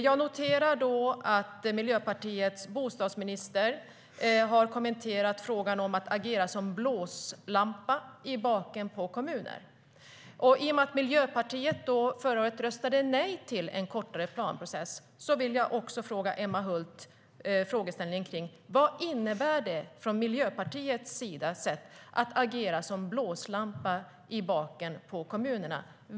Jag noterar att Miljöpartiets bostadsminister har kommenterat frågan om att agera blåslampa i baken på kommuner. I och med att Miljöpartiet förra året röstade nej till kortare planprocess vill jag fråga Emma Hult: Vad innebär det för Miljöpartiet att agera blåslampa i baken på kommunerna?